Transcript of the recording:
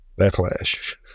backlash